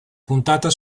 puntata